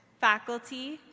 faculty,